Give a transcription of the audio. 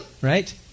right